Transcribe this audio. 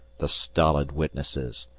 the stolid witnesses,